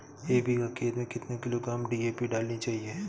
एक बीघा खेत में कितनी किलोग्राम डी.ए.पी डालनी चाहिए?